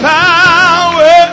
power